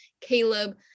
Caleb